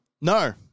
No